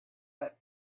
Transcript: but